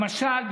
למשל,